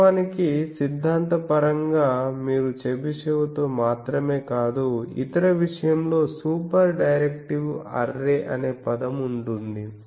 వాస్తవానికి సిద్ధాంతపరంగా మీరు చెబిషెవ్తో మాత్రమే కాదు ఇతర విషయం లో సూపర్ డైరెక్టివ్ అర్రే అనే పదం ఉంటుంది